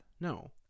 No